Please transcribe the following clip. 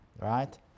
right